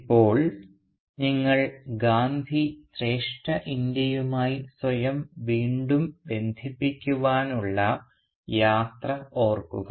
ഇപ്പോൾ നിങ്ങൾ ഗാന്ധി ശ്രേഷ്ഠ ഇന്ത്യയുമായി സ്വയം വീണ്ടും ബന്ധിപ്പിക്കുവാൻ ഉള്ള യാത്ര ഓർക്കുക